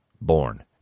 born